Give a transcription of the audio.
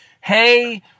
hey